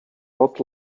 lot